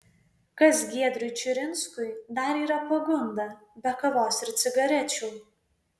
kas giedriui čiurinskui dar yra pagunda be kavos ir cigarečių